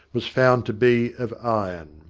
was found to be of iron.